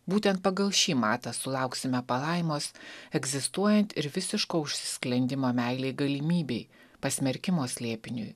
būtent pagal šį matą sulauksime palaimos egzistuojant ir visiško užsisklendimo meilei galimybei pasmerkimo slėpiniui